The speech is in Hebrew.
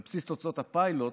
על בסיס תוצאות הפיילוט,